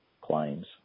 claims